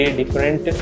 different